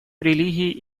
религии